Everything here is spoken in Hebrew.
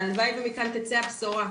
והלוואי ומכאן תצא הבשורה.